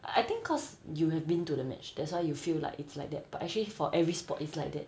I think cause you have been to the march that's why you feel like it's like that but actually for every sport it's like that